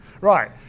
Right